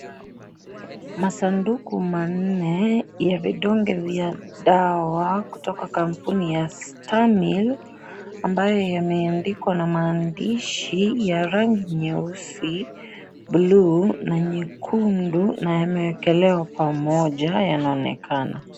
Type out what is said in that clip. Masanduku manne ya vidonge vya dawa kutoka kampuni ya Stamaril ambayo yameandikwa na maandishi ya rangi nyeusi , bluu na nyekundu na yamwekelewa pamoja, yanaonekana.